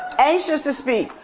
anxious to speak.